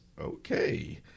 Okay